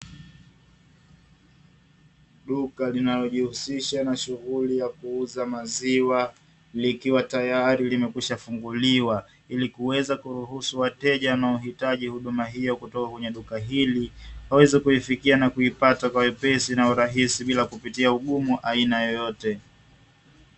Duka linalojihusisha na shughuli ya kuuza maziwa, likiwa tayari limekwishafunguliwa, ili kuweza kuruhusu wateja wanaohitaji huduma hiyo kutoka katika duka hili, waweza kuifikia na kuipata kwa wepesi na urahisi bila kupitia ugumu wa aina yoyote.